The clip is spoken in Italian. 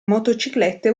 motociclette